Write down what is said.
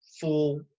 full